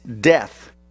death